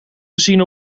gezien